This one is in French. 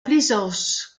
plaisance